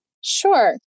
Sure